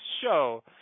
show